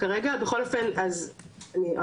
זה כרגע בעבודת מטה סדורה אצלנו,